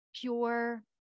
pure